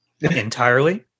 entirely